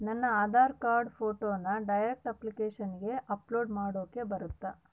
ನನ್ನ ಆಧಾರ್ ಕಾರ್ಡ್ ಫೋಟೋನ ಡೈರೆಕ್ಟ್ ಅಪ್ಲಿಕೇಶನಗ ಅಪ್ಲೋಡ್ ಮಾಡಾಕ ಬರುತ್ತಾ?